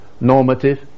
normative